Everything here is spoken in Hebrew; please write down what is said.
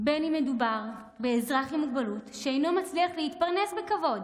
בין אם מדובר באזרח עם מוגבלות שאינו מצליח להתפרנס בכבוד